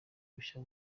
bushya